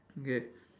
okay